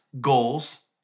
goals